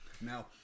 Now